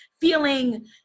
feeling